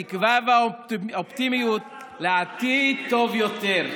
את התקווה והאופטימיות לעתיד טוב יותר.